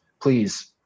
please